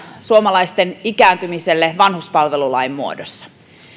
suomalaisten ikääntymiselle vanhuspalvelulain muodossa